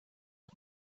und